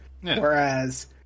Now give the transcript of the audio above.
Whereas